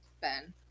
ben